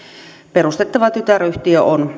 perustettava tytäryhtiö on